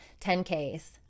10Ks